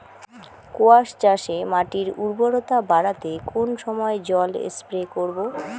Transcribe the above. কোয়াস চাষে মাটির উর্বরতা বাড়াতে কোন সময় জল স্প্রে করব?